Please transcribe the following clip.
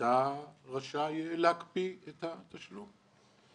אתה ראשי להקפיא את התשלום.